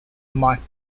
marked